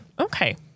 Okay